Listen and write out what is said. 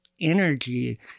energy